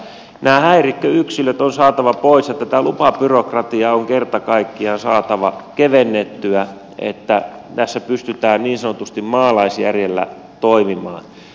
nämä häirikköyksilöt on saatava pois ja tätä lupabyrokratiaa on kerta kaikkiaan saatava kevennettyä niin että tässä pystytään niin sanotusti maalaisjärjellä toimimaan